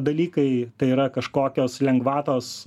dalykai tai yra kažkokios lengvatos